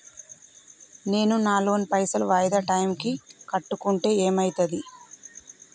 నేను నా లోన్ పైసల్ వాయిదా టైం కి కట్టకుంటే ఏమైతది?